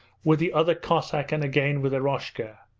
with the other cossack, and again with eroshka,